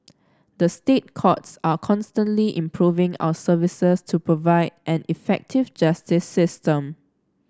the State Courts are constantly improving our services to provide an effective justice system